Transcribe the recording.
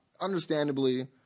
understandably